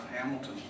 Hamilton